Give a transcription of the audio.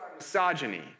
misogyny